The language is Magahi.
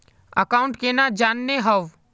अकाउंट केना जाननेहव?